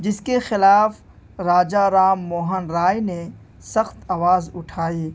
جس کے خلاف راجا رام موہن رائے نے سخت آواز اٹھائی